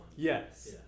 Yes